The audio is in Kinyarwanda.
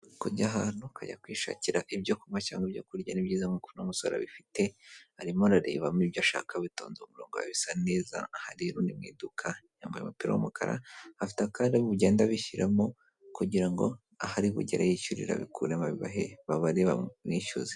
Kujya ahantu ukajya kwishakira ibyo kunywa cyangwa ibyo kurya, ni byiza nk'uko uno musore abifite, arimo ararebamo ibyo ashaka, bitonze umurongo biba bisa neza. Aha rero ni mu iduka, yambaye umupira w'umukara, afite akandi ari bugende abishyiramo kugira ngo aho ari bugera yishyurira abikuremo abibahe babare bamwishyuze.